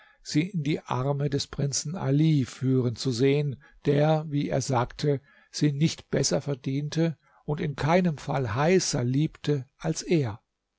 sie in die arme des prinzen ali führen zu sehen der wie er sagte sie nicht besser verdiente und in keinem fall heißer liebte als er